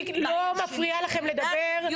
מפריעה לכם לדבר.